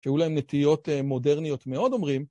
שאולי הן נטיות מודרניות מאוד, אומרים.